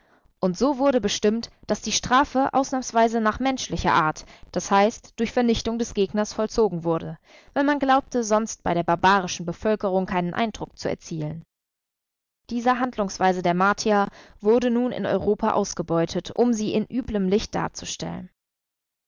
und so wurde bestimmt daß die strafe ausnahmsweise nach menschlicher art das heißt durch vernichtung des gegners vollzogen werde weil man glaubte sonst bei der barbarischen bevölkerung keinen eindruck zu erzielen diese handlungsweise der martier wurde nun in europa ausgebeutet um sie in üblem licht darzustellen